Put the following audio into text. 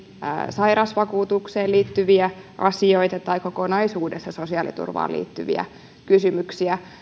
sairasvakuutukseen liittyviä asioita tai kokonaisuudessaan sosiaaliturvaan liittyviä kysymyksiä